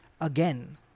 again